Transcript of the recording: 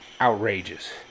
outrageous